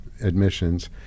Admissions